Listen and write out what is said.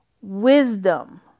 wisdom